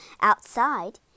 Outside